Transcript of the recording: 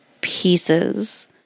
pieces